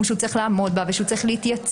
שהוא צריך לעמוד בה ושהוא צריך להתייצב.